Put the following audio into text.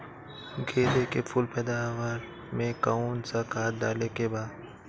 गेदे के फूल पैदवार मे काउन् सा खाद डाले के बा?